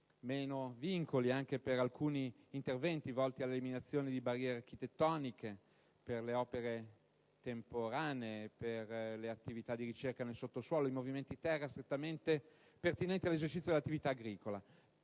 Meno vincoli anche per alcuni interventi volti all'eliminazione di barriere architettoniche, per le opere temporanee per attività di ricerca nel sottosuolo e movimenti terra strettamente pertinenti all'esercizio dell'attività agricola,